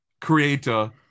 creator